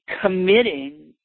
committing